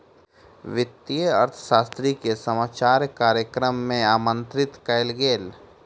वित्तीय अर्थशास्त्री के समाचार कार्यक्रम में आमंत्रित कयल गेल